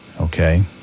Okay